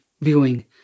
viewing